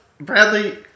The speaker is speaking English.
Bradley